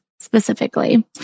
Specifically